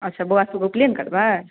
अच्छा बौआसभके उपनयन करबै